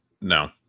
No